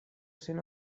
sen